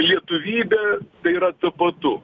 lietuvybė yra tapatu